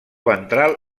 ventral